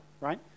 right